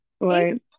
right